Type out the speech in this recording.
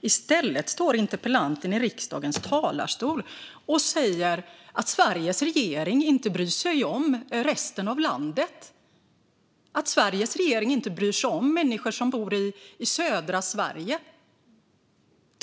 I stället står interpellanten i riksdagens talarstol och säger att Sveriges regering inte bryr sig om resten av landet och att Sveriges regering inte bryr sig om människor som bor i södra Sverige.